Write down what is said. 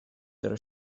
der